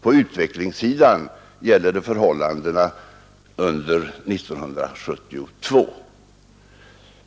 På utvecklingssidan gäller det förhållandena under 1972.